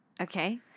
Okay